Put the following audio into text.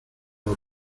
los